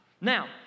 Now